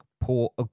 poor